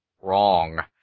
wrong